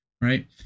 right